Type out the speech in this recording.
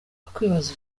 wakwibaza